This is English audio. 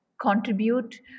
contribute